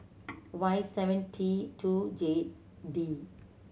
Y seven T two J D